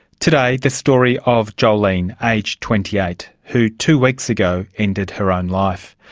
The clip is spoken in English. today, the story of jolene, aged twenty eight, who two weeks ago ended her own life.